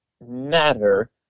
matter